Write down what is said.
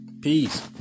Peace